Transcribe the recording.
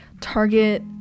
Target